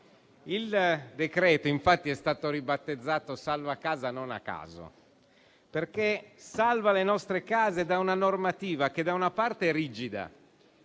Il decreto, infatti, è stato ribattezzato salva casa per un motivo: perché salva le nostre case da una normativa che, da una parte, è rigida